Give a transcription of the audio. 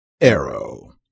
Arrow